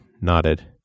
nodded